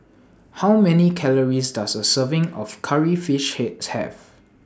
How Many Calories Does A Serving of Curry Fish Head Have